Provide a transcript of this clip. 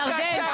ירדן.